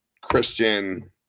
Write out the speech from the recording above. Christian